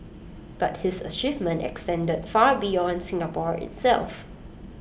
but his achievement extended far beyond Singapore itself